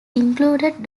included